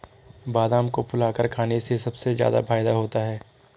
बादाम को फुलाकर खाने से सबसे ज्यादा फ़ायदा होता है